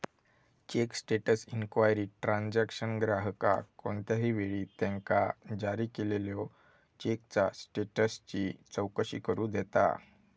check status inquiry transaction ग्राहकाक कोणत्याही वेळी त्यांका जारी केलेल्यो चेकचा स्टेटसची चौकशी करू देता